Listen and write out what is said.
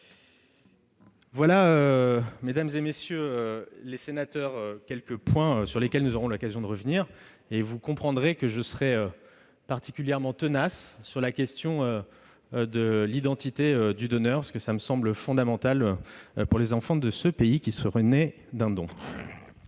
Voilà, mesdames, messieurs les sénateurs, quelques points sur lesquels nous aurons l'occasion de revenir. Vous le comprendrez, je serai particulièrement tenace sur la question de l'identité du donneur, parce que cela me semble fondamental pour les enfants de ce pays qui seraient nés d'un don.